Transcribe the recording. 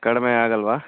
ಕಡಿಮೆ ಆಗಲ್ಲವಾ